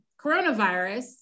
coronavirus